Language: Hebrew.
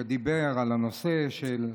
שדיבר על הנושא של חומש.